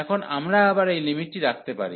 এখন আমরা আবার এই লিমিটটি রাখতে পারি